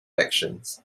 actions